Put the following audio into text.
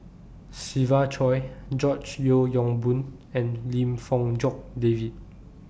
Siva Choy George Yeo Yong Boon and Lim Fong Jock David